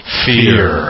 fear